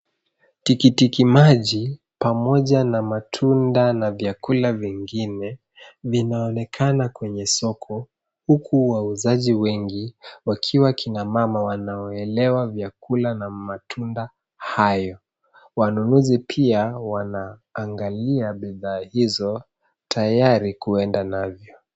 Tikiti maji pamoja na matunda na vyakula vingine vinaonekana kwenye soko huku wauzaji wengi wakiwa kina mama wanaoelewa vyakula na matunda hayo. Wanunuzi pia wanaangalia bidhaa hizo tayari kuenda navyo.